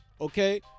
Okay